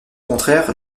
contraire